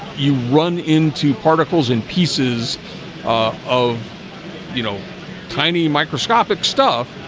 you run into particles and pieces ah of you know tiny microscopic stuff,